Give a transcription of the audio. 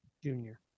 Junior